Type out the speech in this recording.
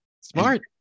Smart